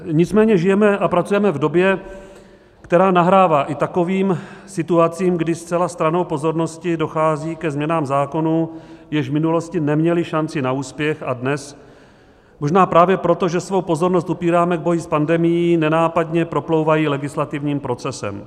Nicméně žijeme a pracujeme v době, která nahrává i takovým situacím, kdy zcela stranou pozornosti dochází ke změnám zákonů, jež v minulosti neměly šanci na úspěch, a dnes možná právě proto, že svou pozornost upíráme k boji s pandemií, nenápadně proplouvají legislativním procesem.